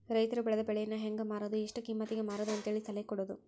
ರೈತರು ಬೆಳೆದ ಬೆಳೆಯನ್ನಾ ಹೆಂಗ ಮಾರುದು ಎಷ್ಟ ಕಿಮ್ಮತಿಗೆ ಮಾರುದು ಅಂತೇಳಿ ಸಲಹೆ ಕೊಡುದು